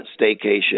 staycation